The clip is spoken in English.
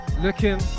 looking